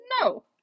no